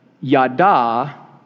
Yada